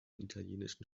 italienischen